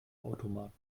automarken